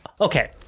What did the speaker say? Okay